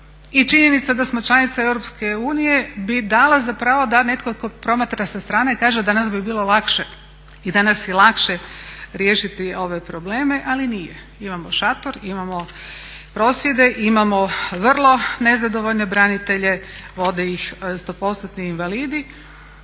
i činjenica da smo članica EU bi dala za pravo da netko tko promatra sa strane kaže danas bi bilo lakše i danas je lakše riješiti ove probleme, ali nije. Imamo šator, imamo prosvjede, imamo vrlo nezadovoljne branitelje vode ih 100%-ni invalidi